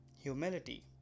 humility